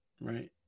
right